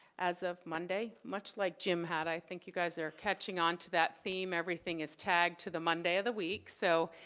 as of monday, much like jim had, i think you are catching on to that theme, everything is tagged to the monday of the week. so,